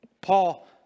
Paul